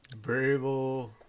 variable